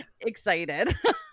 excited